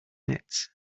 nets